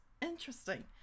Interesting